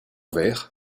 ver